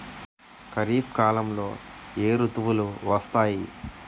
ఖరిఫ్ కాలంలో ఏ ఋతువులు వస్తాయి?